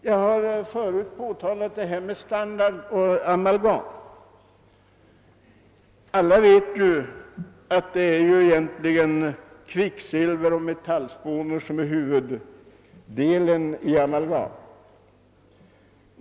Jag har tidigare påtalat förhållande na i fråga om standard på amalgam. Alla vet ju att kvicksilver och metallspånor är huvudbeståndsdelarna i amalgam.